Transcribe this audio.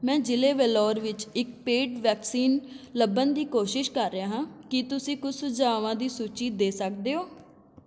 ਮੈਂ ਜ਼ਿਲ੍ਹੇ ਵੈਲੋਰ ਵਿੱਚ ਇੱਕ ਪੇਡ ਵੈਕਸੀਨ ਲੱਭਣ ਦੀ ਕੋਸ਼ਿਸ਼ ਕਰ ਰਿਹਾ ਹਾਂ ਕੀ ਤੁਸੀਂ ਕੁਛ ਸੁਝਾਵਾਂ ਦੀ ਸੂਚੀ ਦੇ ਸਕਦੇ ਹੋ